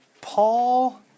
Paul